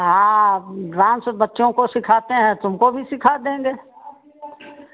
हाँ डान्स बच्चों को सिखाते हैं तुमको भी सिखा देंगे